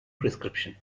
prescription